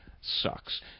sucks